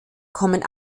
kommen